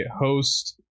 host